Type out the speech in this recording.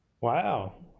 wow